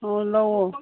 ꯑꯣ ꯂꯧꯑꯣ